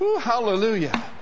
Hallelujah